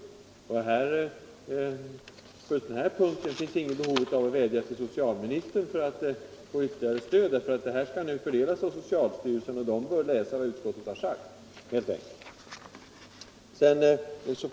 På den här punkten finns det alltså inget behov av att vädja till socialministern för att få ytterligare stöd. Detta anslag skall fördelas av socialstyrelsen, och den bör läsa vad utskottet har sagt.